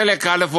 חלק א':